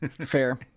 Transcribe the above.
Fair